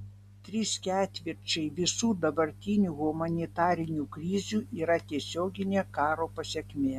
trys ketvirčiai visų dabartinių humanitarinių krizių yra tiesioginė karo pasekmė